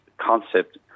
concept